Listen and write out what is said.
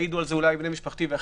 יעידו על זה אולי בני משפחתי ואחרים,